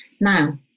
Now